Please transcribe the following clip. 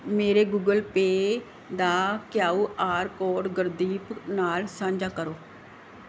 ਮੇਰੇ Google Pay ਦਾ Q R code Gurdeep ਨਾਲ ਸਾਂਝਾ ਕਰੋ